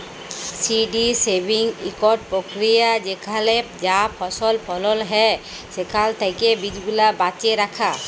seed saving ইকট পক্রিয়া যেখালে যা ফসল ফলল হ্যয় সেখাল থ্যাকে বীজগুলা বাছে রাখা